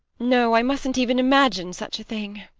no, i mustn't even imagine such a thing.